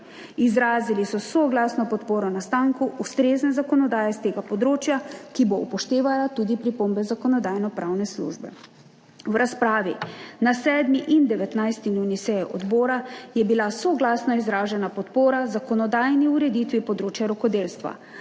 Izrazili so soglasno podporo nastanku ustrezne zakonodaje s tega področja, ki bo upoštevala tudi pripombe Zakonodajno-pravne službe. V razpravi na 7. redni in 19. nujni seji odbora je bila soglasno izražena podpora zakonodajni ureditvi področja rokodelstva.